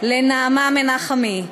לנעמה מנחמי,